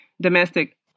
domestic